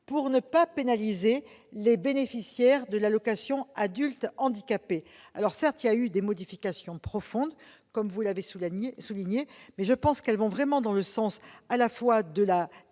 pour ne pas pénaliser les bénéficiaires de l'allocation aux adultes handicapés. Certes, ces modifications sont profondes, comme vous l'avez souligné, mais je pense qu'elles vont vraiment dans le sens de la